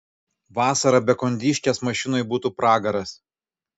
vasarą be kondiškės mašinoj būtų pragaras